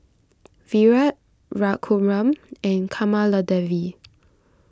Virat Raghuram and Kamaladevi